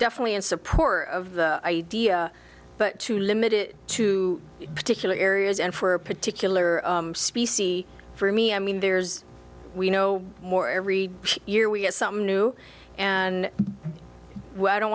definitely in support of the idea but to limit it to particular areas and for a particular specie for me i mean there's we know more every year we have something new and i don't